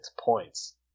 points